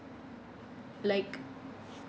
like